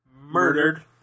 Murdered